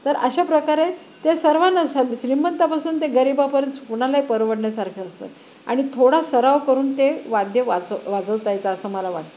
तर अशा प्रकारे ते सर्वांना स श्रीमंतापासून ते गरिबापर्यत कुणालाही परवडण्यासारखं असतं आणि थोडा सराव करून ते वाद्य वाचव वाजवता येतं असं मला वाटतं